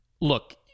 Look